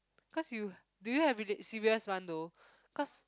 cause you do you have serious one though cause